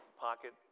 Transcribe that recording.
pocket